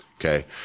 okay